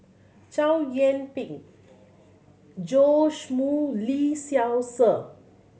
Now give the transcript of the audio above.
Chow Yian Ping Joash Moo Lee Seow Ser